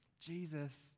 Jesus